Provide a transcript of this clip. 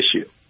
issue